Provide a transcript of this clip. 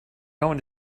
going